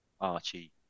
Archie